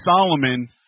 Solomon